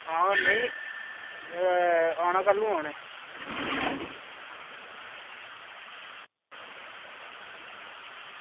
आं ओह् नेईं आना कैलूं ऐ उनें